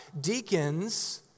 deacons